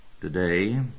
today